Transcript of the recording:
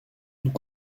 nous